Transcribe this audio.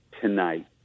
tonight